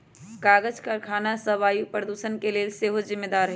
कागज करखना सभ वायु प्रदूषण के लेल सेहो जिम्मेदार हइ